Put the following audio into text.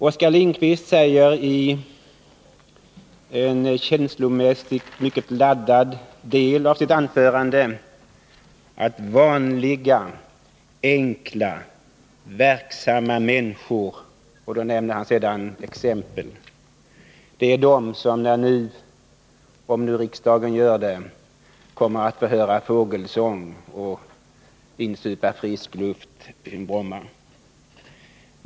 Oskar Lindkvist säger i en känslomässigt mycket laddad del av sitt anförande att vanliga, enkla, verksamma människor — och så nämner han exempel — är de som nu, om riksdagen så beslutar, kommer att få höra fågelsång och insupa frisk luft kring Bromma.